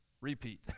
repeat